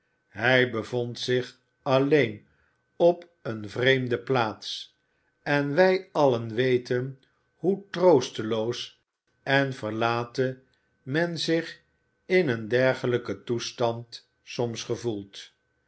hij bevond zich alleen op eene vreemde plaats en wij allen weten hoe troosteloos en verlaten men zich in een dergelijken toestand soms gevoelt